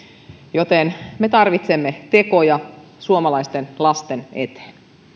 me tarvitsemme tekoja suomalaisten lasten eteen